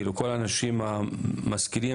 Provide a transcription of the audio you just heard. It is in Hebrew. כל האנשים המשכילים,